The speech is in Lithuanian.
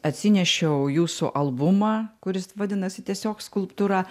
atsinešiau jūsų albumą kuris vadinasi tiesiog skulptūra